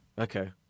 Okay